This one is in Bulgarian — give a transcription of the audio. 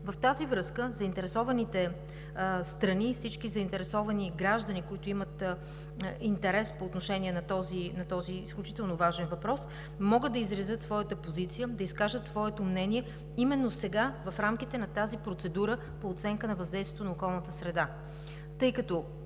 В тази връзка на заинтересованите страни и всички заинтересовани граждани, които имат интерес по отношение на този изключително важен въпрос, могат да изразят своята позиция, да изкажат своето мнение именно сега, в рамките на тази процедура по оценка на въздействие на околната среда,